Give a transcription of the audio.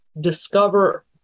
discover